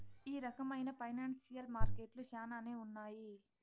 ఈ రకమైన ఫైనాన్సియల్ మార్కెట్లు శ్యానానే ఉన్నాయి